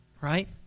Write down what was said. Right